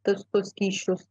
tuos kyšius